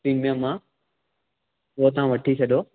premium आहे उहो तव्हां वठी छॾियो